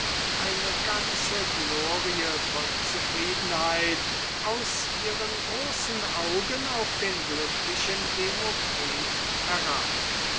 eine ganze glorie von zufriedenheit aus ihren großen augen auf den glücklichen demokrit herab